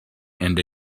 and